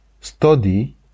study